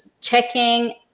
checking